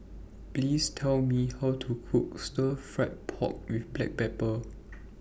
Please Tell Me How to Cook Stir Fried Pork with Black Pepper